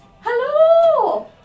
Hello